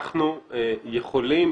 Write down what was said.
אנחנו יכולים,